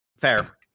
Fair